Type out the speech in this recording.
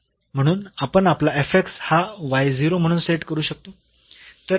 म्हणून आपण आपला हा 0 म्हणून सेट करू शकतो